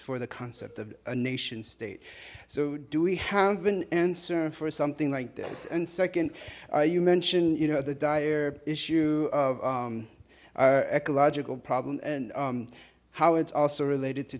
for the concept of a nation state so do we have an answer for something like this and second you mentioned you know the dire issue of ecological problem and how it's also related to